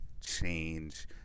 change